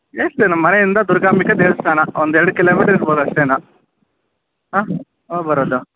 ಎಷ್ಟು ನಮ್ಮ ಮನೆಯಿಂದ ದುರ್ಗಾಂಬಿಕಾ ದೇವಸ್ಥಾನ ಒಂದೆರಡು ಕಿಲೋಮೀಟರ್ ಇರಬಹುದು ಅಷ್ಟೆ ಏನೋ ಆಂ ಹೋಗಿಬರೋದು